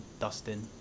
Dustin